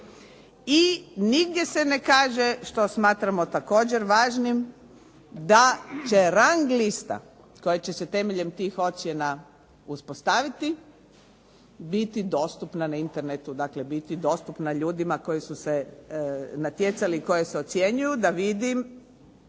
I nigdje se ne kaže što smatramo također važnim da će rang lista koja će se temeljem tih ocjena uspostaviti biti dostupna na internetu, dakle biti dostupna ljudima koji su se natjecali i koji se ocjenjuju da vidim